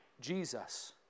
Jesus